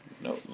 No